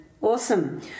Awesome